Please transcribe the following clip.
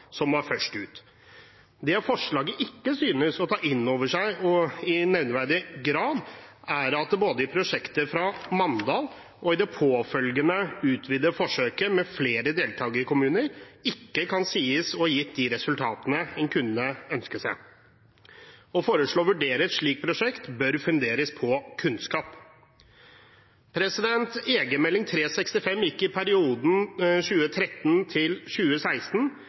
som var først ut. Det forslaget ikke synes å ta inn over seg i nevneverdig grad, er at det både i prosjektet fra Mandal og i det påfølgende utvidete forsøket med flere deltakerkommuner, ikke kan sies å ha gitt de resultatene en kunne ønske seg. Å foreslå å vurdere et slikt prosjekt bør funderes på kunnskap. Egenmelding 365 foregikk i perioden 2013 til 2016,